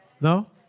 No